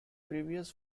previous